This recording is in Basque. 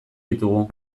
ditugu